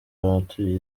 abatuye